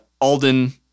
Alden